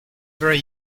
very